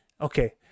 Okay